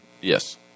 Yes